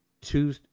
two